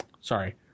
Sorry